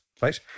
right